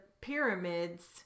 pyramids